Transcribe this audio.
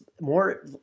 more